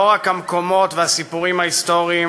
לא רק המקומות והסיפורים ההיסטוריים